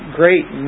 great